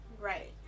Right